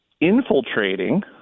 infiltrating